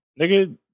Nigga